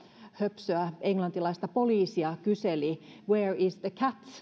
höpsöä englantilaista poliisia kyseli että where is the cat